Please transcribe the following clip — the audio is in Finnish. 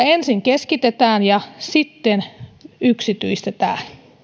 ensin keskitetään ja sitten yksityistetään